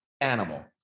animal